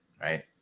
right